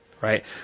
right